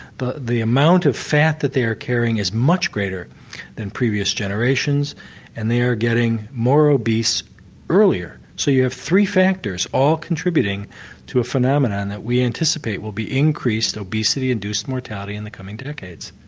but the amount of fat that they are carrying is much greater than previous generations and they are getting more obese earlier, so you have three factors all contributing to a phenomenon that we anticipate will be increased obesity-induced mortality in the coming decades.